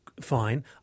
fine